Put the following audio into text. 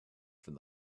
from